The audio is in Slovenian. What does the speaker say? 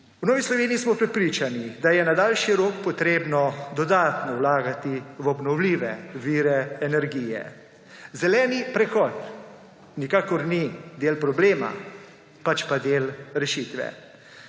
V Novi Sloveniji smo prepričani, da je na daljši rok treba dodatno vlagati v obnovljive vire energije. Zeleni prehod nikakor ni del problema, pač pa del rešitve.